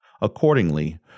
Accordingly